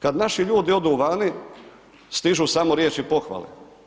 Kad naši ljudi odu vani, stižu samo riječi pohvale.